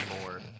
more